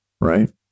right